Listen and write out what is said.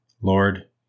Lord